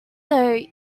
though